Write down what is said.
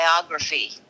biography